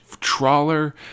trawler